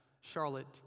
Charlotte